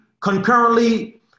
concurrently